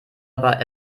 aber